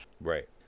Right